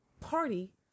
Party